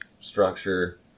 structure